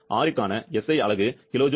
R க்கான SI அலகு kJkg